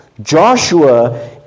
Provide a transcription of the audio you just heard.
Joshua